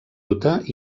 utah